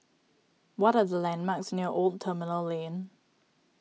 what are the landmarks near Old Terminal Lane